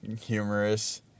humorous